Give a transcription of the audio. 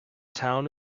town